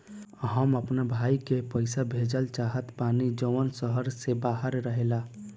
हम अपना भाई के पइसा भेजल चाहत बानी जउन शहर से बाहर रहेला